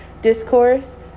discourse